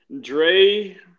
Dre